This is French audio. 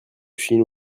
chine